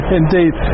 indeed